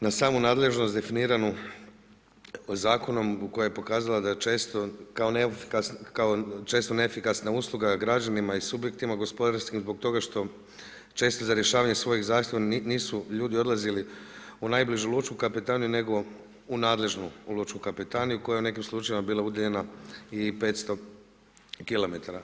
na samu nadležnost definiranu zakonom u kojemu je pokazala da je često neefikasna usluga građanima i subjektima gospodarskim zbog toga što često za rješavanje svojih zahtjeva nisu ljudi odlazili u najbližu lučku kapetaniju nego u nadležnu lučku kapetaniju koja je u nekim slučajevima bila udaljena i 500 km.